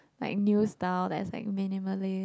like new style that's like minimalist